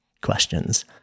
questions